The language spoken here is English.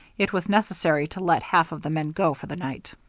it was necessary to let half of the men go for the night.